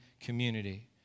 community